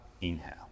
inhale